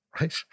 right